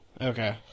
Okay